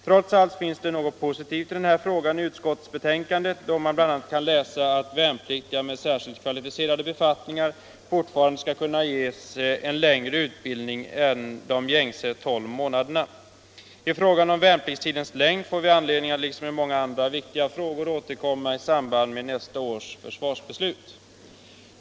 Trots allt finns det något positivt i den här frågan i utskottsbetänkandet, då man bl.a. kan läsa att värnpliktiga med särskilt kvalificerade befattningar även i fortsättningen skall kunna få en längre utbildning än de gängse tolv månaderna. Till frågan om värnpliktstidens längd och många andra viktiga frågor får vi anledning att återkomma i samband med nästa års försvarsbeslut.